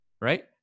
Right